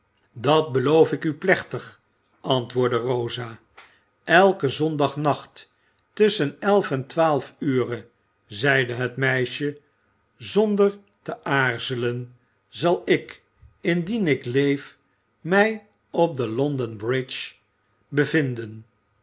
dat beloof ik u plechtig antwoordde rosa eiken zondagnacht tusschen elf en twaalf ure zeide het meisje zonder te aarzelen zal ik indien ik leef mij op